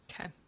Okay